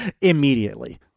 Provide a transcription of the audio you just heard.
immediately